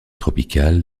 tropicale